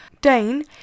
Dane